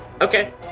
Okay